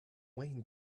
wayne